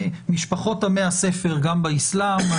משפחות עמי הספר, גם באסלאם.